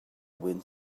wind